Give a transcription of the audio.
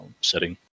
setting